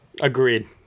Agreed